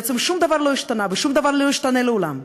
בעצם שום דבר לא השתנה ושום דבר לא ישתנה לעולם.